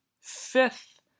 fifth